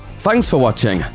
thanks for watching!